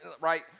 right